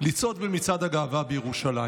לצעוד במצעד הגאווה בירושלים.